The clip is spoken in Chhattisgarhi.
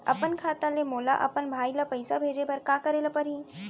अपन खाता ले मोला अपन भाई ल पइसा भेजे बर का करे ल परही?